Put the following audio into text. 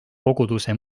koguduse